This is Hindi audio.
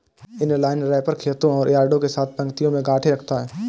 इनलाइन रैपर खेतों और यार्डों के साथ पंक्तियों में गांठें रखता है